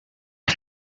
are